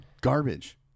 garbage